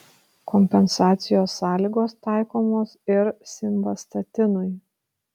kompensacijos sąlygos taikomos ir simvastatinui